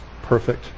perfect